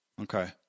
Okay